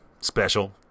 special